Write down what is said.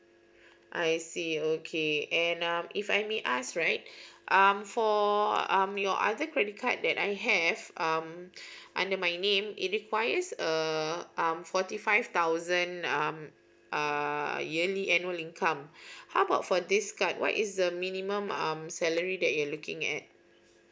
I see okay and um if I may ask right um for um your other credit card that I have um under my name it requires err um forty five thousand um err yearly annual income how about for this card what is the minimum um salary that you're looking at